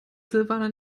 silvana